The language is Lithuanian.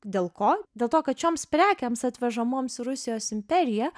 dėl ko dėl to kad šioms prekėms atvežamoms į rusijos imperiją